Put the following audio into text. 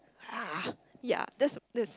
ah yeah that's that's